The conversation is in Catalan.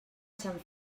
sant